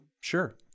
sure